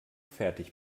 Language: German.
fertig